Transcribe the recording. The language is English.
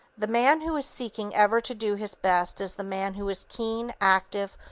the man who is seeking ever to do his best is the man who is keen, active,